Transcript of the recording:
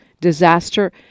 disaster